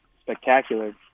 spectacular